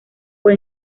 fue